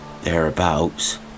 Thereabouts